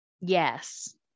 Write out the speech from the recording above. Yes